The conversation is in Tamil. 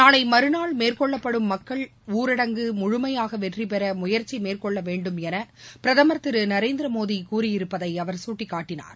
நாளை மறுநாள் மேற்கொள்ளப்படும் மக்கள் ஊரடங்கு முழுமையாக வெற்றிபெற முயற்சி மேற்னொள்ள வேண்டும் என பிரதமர் திரு நரேந்திர மோடி கூறியிருப்பதை அவர் சுட்டிக்காட்டினார்